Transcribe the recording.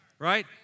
Right